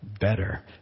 better